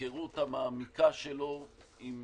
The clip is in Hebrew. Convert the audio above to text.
ההיכרות המעמיקה שלו עם